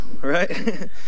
right